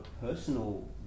personal